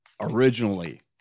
Originally